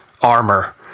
armor